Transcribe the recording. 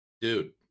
dude